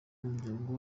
n’umuryango